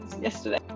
yesterday